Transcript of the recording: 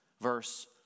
verse